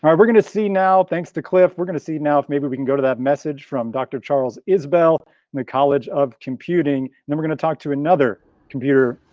we're gonna see now, thanks to cliff. we're gonna see now, if maybe we can go to that message from dr. charles isbell, in the college of computing, and we're gonna talk to another computer.